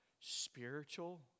spiritual